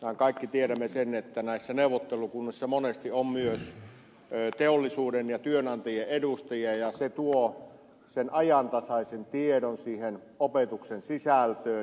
mehän kaikki tiedämme sen että näissä neuvottelukunnissa monesti on myös teollisuuden ja työnantajien edustajia ja se tuo sen ajantasaisen tiedon siihen opetuksen sisältöön